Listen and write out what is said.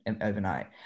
overnight